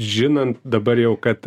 žinant dabar jau kad